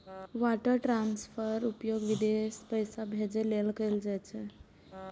wire ट्रांसफरक उपयोग विदेश पैसा भेजै लेल कैल जाइ छै